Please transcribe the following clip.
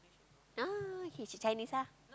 ah okay she Chinese ah